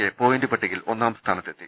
K point പട്ടികയിൽ ഒന്നാംസ്ഥാനത്തെത്തി